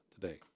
today